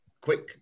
Quick